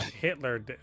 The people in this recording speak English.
Hitler